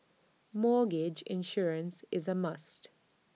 mortgage insurance is A must